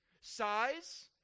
size